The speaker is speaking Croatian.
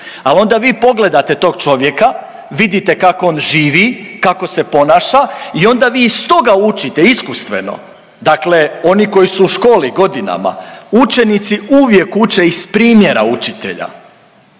al onda vi pogledate tog čovjeka, vidite kako on živi, kako se ponaša i onda vi iz toga učite iskustveno. Dakle oni koji su u školi godinama učenici uvijek uče iz primjera učitelja.